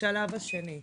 בשלב השני,